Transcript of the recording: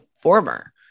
former